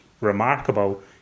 remarkable